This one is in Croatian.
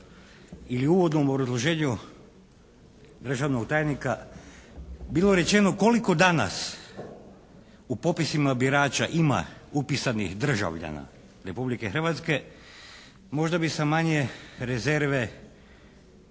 ili u uvodnom obrazloženju državnog tajnika bilo rečeno koliko danas u popisima birača ima upisanih državljana Republike Hrvatske možda bi sa manje rezerve,